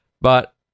but-